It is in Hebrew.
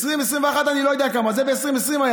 ב-2021 אני לא יודע כמה זה, זה היה ב-2020.